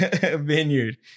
Vineyard